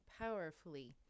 powerfully